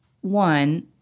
one